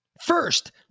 First